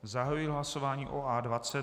Zahajuji hlasování o A20.